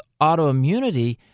autoimmunity